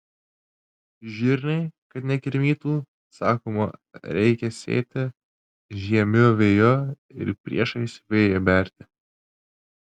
žirniai kad nekirmytų sakoma reikia sėti žiemiu vėju ir priešais vėją berti